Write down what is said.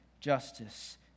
justice